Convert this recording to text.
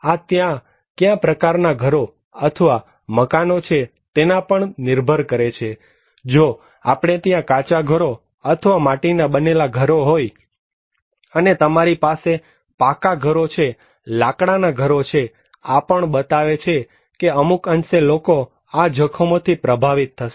આ ત્યાં કયા પ્રકારના ઘરો અથવા મકાનો છે તેના પર પણ નિર્ભર કરે છેજો આપણે ત્યાં કાચા ઘરો અને માટીના બનેલા ઘરો હોય અને તમારી પાસે પાકા ઘરો છે લાકડા ના ઘરો પણ છે આ પણ બતાવે છે કે અમુક અંશે લોકો આ જોખમોથી પ્રભાવિત થશે